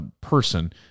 person